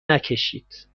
نکشید